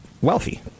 wealthy